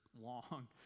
long